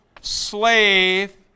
slave